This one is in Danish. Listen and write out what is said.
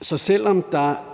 Så selv om der